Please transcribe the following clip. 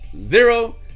Zero